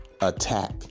attack